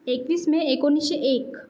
एकवीस मे एकोणीसशे एक